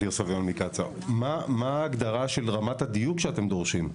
מקצא"א: מה ההגדרה של רמת הדיוק שאתם דורשים?